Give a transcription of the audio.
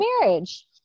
marriage